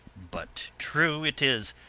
but, true it is,